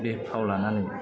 बिफाव लानानै